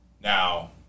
Now